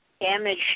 damage